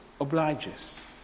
obliges